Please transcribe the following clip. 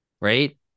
right